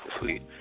Sweet